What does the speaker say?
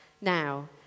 Now